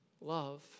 Love